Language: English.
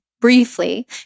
briefly